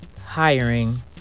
hiring